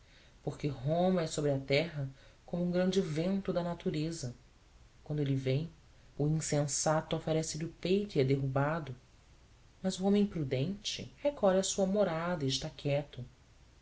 porque roma é sobre a terra como um grande vento da natureza quando ele vem o insensato oferece lhe o peito e é derrubado mas o homem prudente recolhe à sua morgada e está quieto